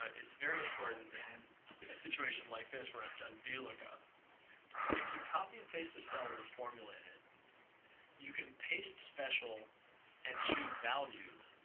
ah it's very important in situations like this where i've done vlookup. if you copy and paste a cell with a formula in it you can paste special and choose values,